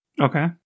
Okay